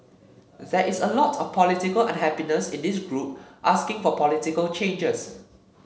there is a lot of political unhappiness in this group asking for political changes